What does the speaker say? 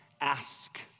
ask